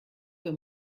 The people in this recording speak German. für